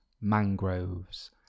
mangroves